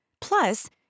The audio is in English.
Plus